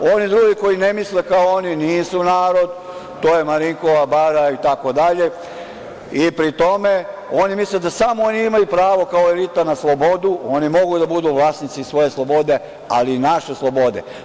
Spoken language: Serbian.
Oni drugi koji ne misle kao oni nisu narod, to je Marinkova Bara itd, i pri tome oni misle da samo oni imaju pravo, kao elita, na slobodu, oni mogu da budu vlasnici svoje slobode, ali i naše slobode.